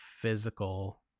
physical